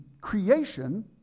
creation